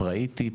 פראיתי,